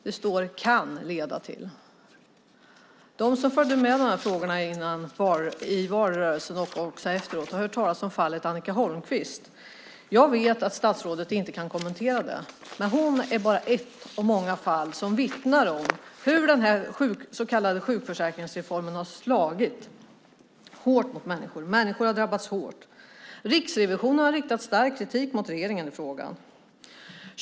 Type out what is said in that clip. Det står att det kan leda till det. De som följde med i de här frågorna i valrörelsen och också efteråt har hört talas om fallet Annica Holmquist. Jag vet att statsrådet inte kan kommentera det, men hon är bara ett av många fall som vittnar om att den här så kallade sjukförsäkringsreformen har slagit hårt mot människor. Människor har drabbats hårt. Riksrevisionen har riktat stark kritik mot regeringen i frågan.